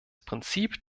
prinzip